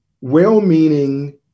well-meaning